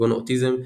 כגון אוטיזם,